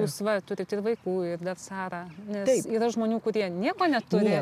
jūs va turit ir vaikų ir dar sarą nes yra žmonių kurie nieko neturi